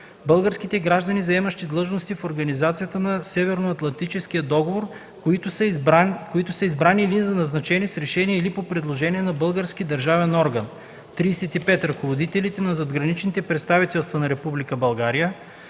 българските граждани, заемащи длъжности в Организацията на Северноатлантическия договор, които са избрани или назначени с решение или по предложение на български държавен орган; 35. ръководителите на задграничните представителства на